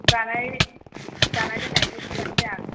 जानाय जानाय लोंनायनिखौ खिथानसै आं